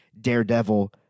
Daredevil